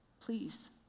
Please